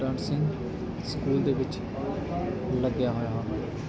dancing school ਦੇ ਵਿੱਚ ਲੱਗਿਆ ਹੋਇਆ ਹਾਂ